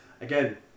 again